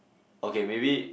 okay maybe